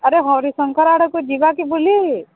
ଆରେ ହରିଶଙ୍କର ଆଡ଼କୁ ଯିବା କି ବୁଲି